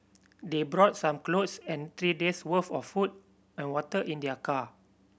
they brought some clothes and three days' worth of food and water in their car